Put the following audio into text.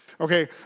Okay